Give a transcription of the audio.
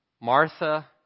Martha